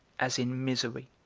as in misery?